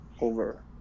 over